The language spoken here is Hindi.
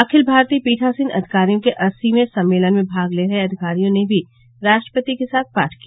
अखिल भारतीय पीठासीन अधिकारियों के अस्सीवें सम्मेलन में भाग ले रहे अधिकारियों ने भी राष्ट्रपति के साथ पाठ किया